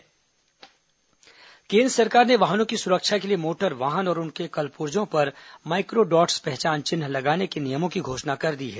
वाहन माइक्रोडॉट्स केन्द्र सरकार ने वाहनों की सुरक्षा के लिए मोटर वाहन और उनके कलपुर्जो पर माइक्रोडॉट्स पहचान चिन्ह लगाने के नियमों की घोषणा कर दी है